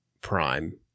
prime